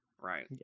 right